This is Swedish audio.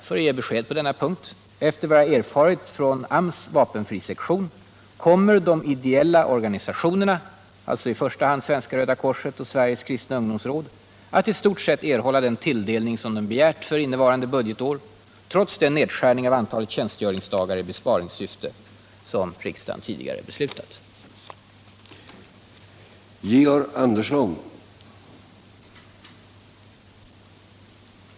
För att ge besked på denna sista punkt kommer efter vad jag erfarit från AMS vapenfrisektion de ideella organisationerna — i första hand Svenska röda korset och Sveriges kristna ungdomsråd — att i stort sett erhålla den tilldelning man begär för innevarande budgetår trots den nedskärning av antalet tjänstgöringsdagar i besparingssyfte som riksdagen tidigare beslutat om.